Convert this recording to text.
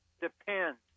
depends